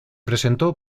presentó